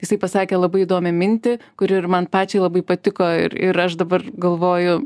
jisai pasakė labai įdomią mintį kuri ir man pačiai labai patiko ir ir aš dabar galvoju